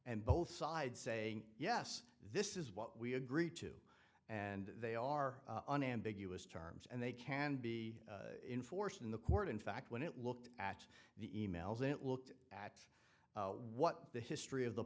and both sides saying yes this is what we agreed to and they are an ambiguous terms and they can be enforced in the court in fact when it looked at the emails it looked at what the history of the